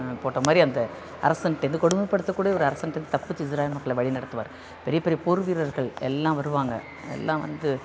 போட்ட மாதிரி அந்த அரசன்கிட்ட இருந்து கொடுமைப்படுத்த கூடிய ஒரு அரசன்கிட்ட இருந்து தப்பிச்சு இஸ்ராயேல் மக்களை வழிநடத்துவார் பெரிய பெரிய போர் வீரர்கள் எல்லாம் வருவாங்க எல்லாம் வந்து